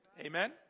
Amen